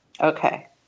okay